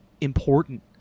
important